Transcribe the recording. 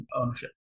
ownership